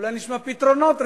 ואולי נשמע פתרונות רציניים.